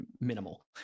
minimal